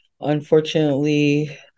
Unfortunately